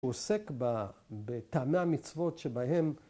‫הוא עוסק בטעמי המצוות שבהם...